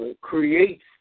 creates